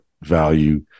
value